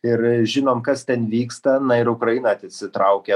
ir žinom kas ten vyksta na ir ukraina atsitraukė